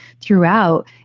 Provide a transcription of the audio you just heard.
throughout